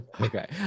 okay